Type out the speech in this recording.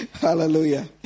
Hallelujah